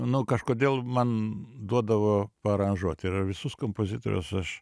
nu kažkodėl man duodavo paaranžuot ir visus kompozitorius aš